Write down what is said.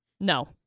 No